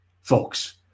folks